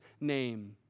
name